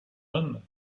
homme